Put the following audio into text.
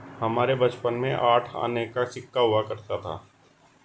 हमारे बचपन में आठ आने का सिक्का हुआ करता था